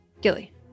Gilly